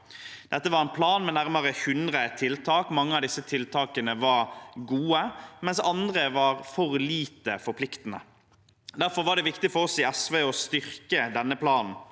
Dette var en plan med nærmere 100 tiltak. Mange av disse tiltakene var gode, mens andre var for lite forpliktende. Derfor var det viktig for oss i SV å styrke denne planen.